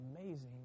amazing